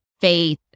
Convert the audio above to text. faith